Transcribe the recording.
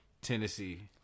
Tennessee